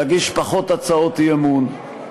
להגיש פחות הצעות אי-אמון,